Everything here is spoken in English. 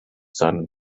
son